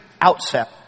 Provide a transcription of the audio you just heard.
outset